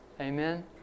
Amen